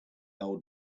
old